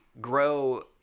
grow